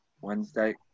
Wednesday